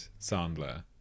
Sandler